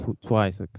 twice